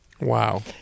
Wow